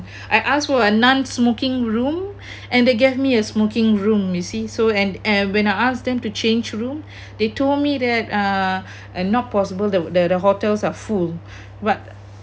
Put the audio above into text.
I asked for a non smoking room and they gave me a smoking room you see so and and when I asked them to change room they told me that uh not possible the the the hotels are full but